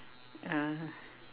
uh